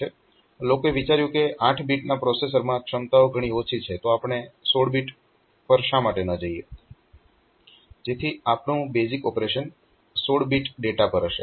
લોકોએ વિચાર્યું કે 8 બીટ પ્રોસેસરમાં ક્ષમતાઓ ઘણી ઓછી છે તો આપણે 16 બીટ પર માટે શા માટે ન જઈએ જેથી આપણું બેઝીક ઓપરેશન 16 બીટ ડેટા પર હશે